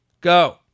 go